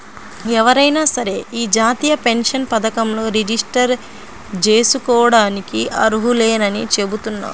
ఎవరైనా సరే యీ జాతీయ పెన్షన్ పథకంలో రిజిస్టర్ జేసుకోడానికి అర్హులేనని చెబుతున్నారు